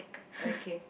okay